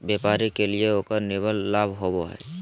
व्यापारी के लिए उकर निवल लाभ होबा हइ